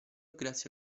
grazie